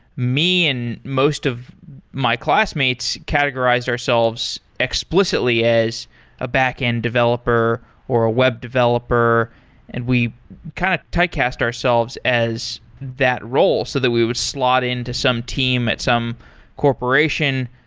me and most of my classmates categorize ourselves explicitly as a backend developer or a web developer and we kind of die-cast ourselves as that role so that we would slot in to some team at some corporation,